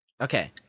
Okay